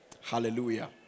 Hallelujah